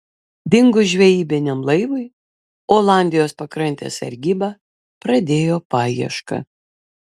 dingus žvejybiniam laivui olandijos pakrantės sargyba pradėjo paiešką